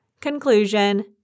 Conclusion